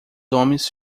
homens